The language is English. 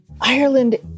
Ireland